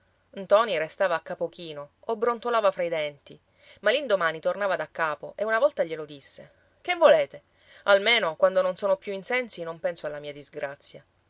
ntoni restava a capo chino o brontolava fra i denti ma l'indomani tornava da capo e una volta glielo disse che volete almeno quando non sono più in sensi non penso alla mia disgrazia